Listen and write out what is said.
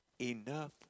enough